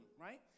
right